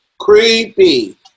Creepy